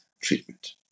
treatment